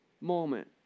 moment